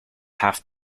have